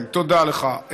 תודה לך.